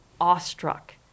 awestruck